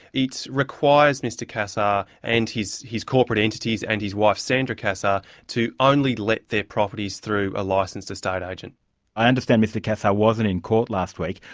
requires mr cassar and his his corporate entities and his wife sandra cassar to only let their properties through a licensed estate agent i understand mr cassar wasn't in court last week.